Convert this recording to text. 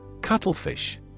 Cuttlefish